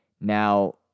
Now